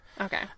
Okay